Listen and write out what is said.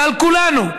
ועל כולנו,